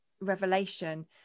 revelation